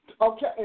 Okay